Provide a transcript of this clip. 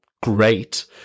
great –